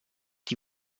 die